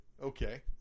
Okay